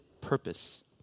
purpose